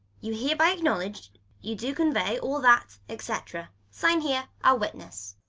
you hereby acknowledge you do convey all that, etc. sign here. i'll witness.